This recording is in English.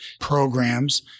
Programs